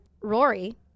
Rory